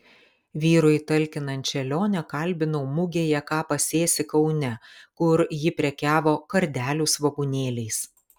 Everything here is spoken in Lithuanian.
vyrui talkinančią lionę kalbinau mugėje ką pasėsi kaune kur ji prekiavo kardelių svogūnėliais